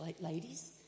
ladies